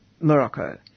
Morocco